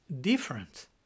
different